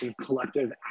collective